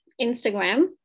Instagram